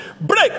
Break